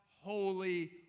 holy